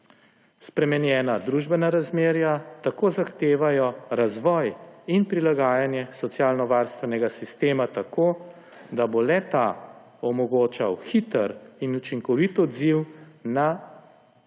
Spremenjena družbena razmerja tako zahtevajo razvoj in prilagajanje socialnovarstvenega sistema, tako da bo le-ta omogočal hiter in učinkovit odziv na spremenjene